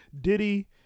Diddy